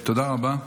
תודה רבה.